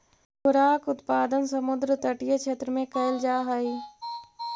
जोडाक उत्पादन समुद्र तटीय क्षेत्र में कैल जा हइ